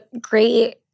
great